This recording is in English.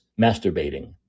masturbating